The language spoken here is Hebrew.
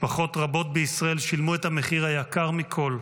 משפחות רבות בישראל שילמו את המחיר היקר מכול,